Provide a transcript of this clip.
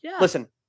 Listen